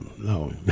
No